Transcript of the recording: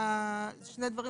אלה שני הדברים